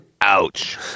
Ouch